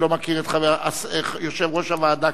אין נמנעים.